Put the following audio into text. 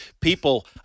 people